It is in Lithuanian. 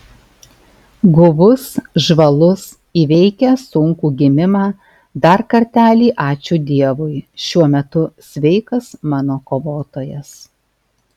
guvus žvalus įveikęs sunkų gimimą dar kartelį ačiū dievui šiuo metu sveikas mano kovotojas